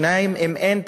2. אם אין תקנים,